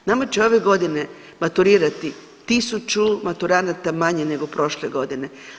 Nama će ove godine maturirati 1000 maturanata manje nego prošle godine.